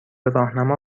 راهنما